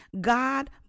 God